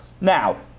Now